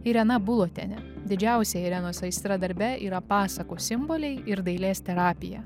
irena bulotiene didžiausia irenos aistra darbe yra pasakų simboliai ir dailės terapija